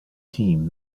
team